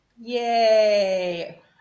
yay